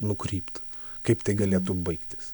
nukrypt kaip tai galėtų baigtis